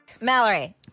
mallory